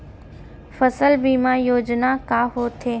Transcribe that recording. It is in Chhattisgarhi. फसल बीमा योजना का होथे?